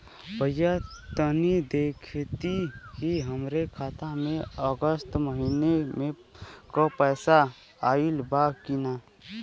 भईया तनि देखती की हमरे खाता मे अगस्त महीना में क पैसा आईल बा की ना?